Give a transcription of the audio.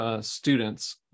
students